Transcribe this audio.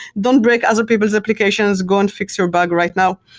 don't break other people's applications. go and fix your bug right now,